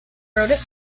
rodent